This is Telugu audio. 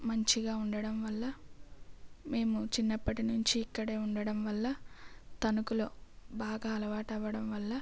మంచిగా ఉండడంవల్ల మేము చిన్నప్పటి నుంచి ఇక్కడే ఉండడంవల్ల తణుకులో బాగా అలవాటు అవడం వల్ల